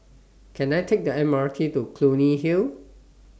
Can I Take The M R T to Clunny Hill